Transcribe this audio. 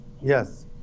Yes